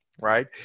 right